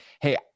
hey